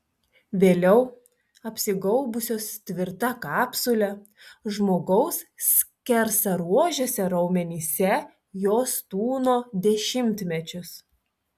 vėliau apsigaubusios tvirta kapsule žmogaus skersaruožiuose raumenyse jos tūno dešimtmečius